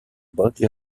body